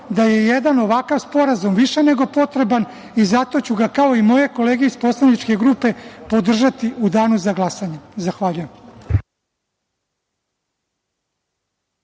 da je jedan ovakav sporazum više nego potreban i zato ću ga kao i moje kolege iz poslaničke grupe podržati u danu za glasanje. Zahvaljujem.